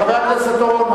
חבר הכנסת אורון,